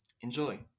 Enjoy